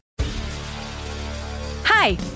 Hi